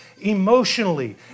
emotionally